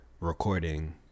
recording